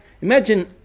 imagine